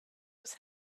was